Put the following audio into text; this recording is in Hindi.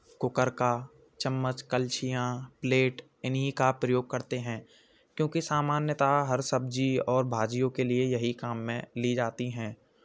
कूकर का चम्मच कलछियाँ प्लेट इन्हीं का प्रयोग करते हैं क्योंकि सामान्यतः हर सब्जी और भाजियों के लिए यही काम में ली जाती हैं